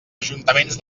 ajuntaments